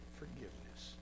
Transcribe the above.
forgiveness